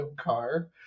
car